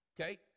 Okay